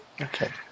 Okay